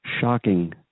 shocking